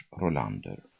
Rolander